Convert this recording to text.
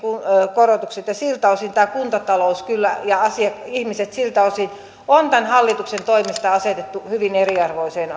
korotukset ja siltä osin kuntatalous ja ihmiset siltä osin kyllä on tämän hallituksen toimesta asetettu hyvin eriarvoiseen